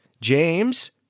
James